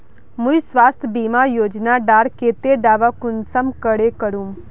मुई स्वास्थ्य बीमा योजना डार केते दावा कुंसम करे करूम?